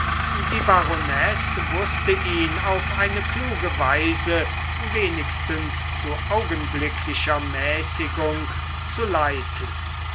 die baronesse wußte ihn auf eine kluge weise wenigstens zu augenblicklicher mäßigung zu leiten